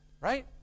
Right